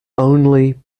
only